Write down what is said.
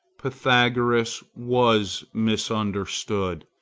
pythagoras was misunderstood,